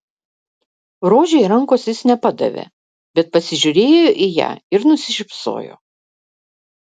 rožei rankos jis nepadavė bet pasižiūrėjo į ją ir nusišypsojo